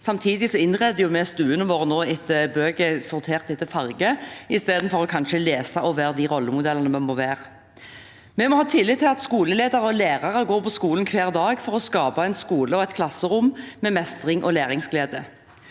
Samtidig innreder vi stuene våre med bøker sortert etter farge i stedet for kanskje å lese og være de rollemodellene vi må være. Vi må ha tillit til at skoleledere og lærere går på skolen hver dag for å skape en skole og et klasserom med mestring og læringsglede.